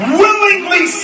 willingly